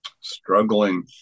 Struggling